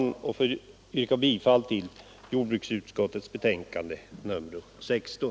Jag ber att få yrka bifall till jordbruksutskottets hemställan i betänkandet nr 16.